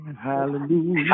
Hallelujah